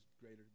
greater